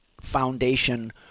foundation